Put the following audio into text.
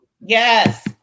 Yes